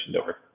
over